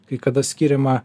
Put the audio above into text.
kai kada skiriama